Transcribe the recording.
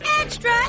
Extra